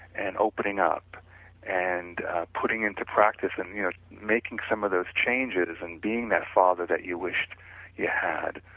and opening up and putting into practice, and you know making some of those changes and being that father that you wished you had.